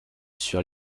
sur